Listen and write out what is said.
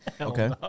Okay